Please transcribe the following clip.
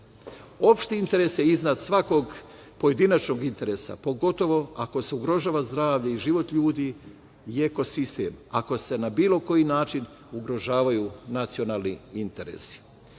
Opšte interese iznad svakog pojedinačnog interesa, pogotovo ako se ugrožava zdravlje i život ljudi i ekosistem, ako se na bilo koji način ugrožavaju nacionalni interesi. Namerenim